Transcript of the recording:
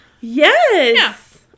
Yes